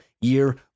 year